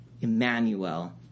Emmanuel